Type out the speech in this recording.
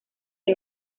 del